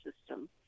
system